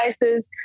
devices